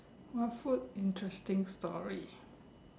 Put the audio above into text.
what food interesting story